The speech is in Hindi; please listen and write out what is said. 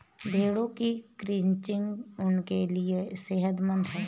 भेड़ों की क्रचिंग उनके लिए सेहतमंद है